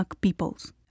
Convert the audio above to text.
peoples